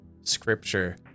scripture